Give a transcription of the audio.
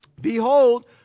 Behold